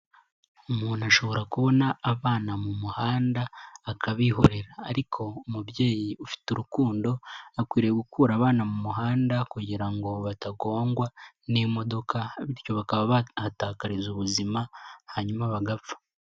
Umuntu ashobora kubona abana mu muhanda akabihorera, ariko umubyeyi ufite urukundo, akwiriye gukura abana mu muhanda kugira ngo batagongwa, n'imodoka bityo bakaba bahatakariza ubuzima, hanyuma bagapfa.